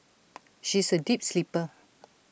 she is A deep sleeper